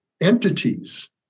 entities